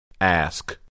Ask